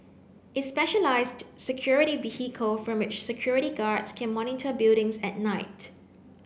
a specialised security vehicle from which security guards can monitor buildings at night